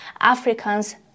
Africans